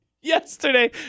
Yesterday